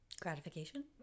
Gratification